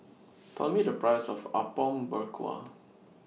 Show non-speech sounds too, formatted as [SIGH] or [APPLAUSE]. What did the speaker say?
[NOISE] Tell Me The Price of Apom Berkuah